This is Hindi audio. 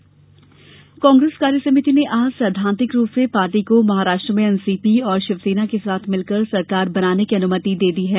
महाराष्ट्र सरकार कांग्रेस कार्यसमिति ने आज सैद्वान्तिक रूप से पार्टी को महाराष्ट्र में एनसीपी और शिवसेना के साथ मिलकर सरकार बनाने की अनुमति दे दी है